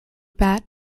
bat